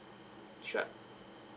sure